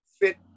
fit